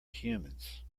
humans